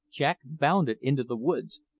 jack bounded into the woods,